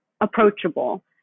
approachable